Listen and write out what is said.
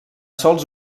sols